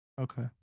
Okay